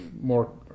more